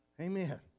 Amen